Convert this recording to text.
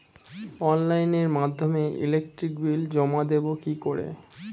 অনলাইনের মাধ্যমে electric bill জমা দেবো কি করে?